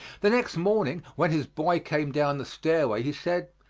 the next morning when his boy came down the stairway, he said,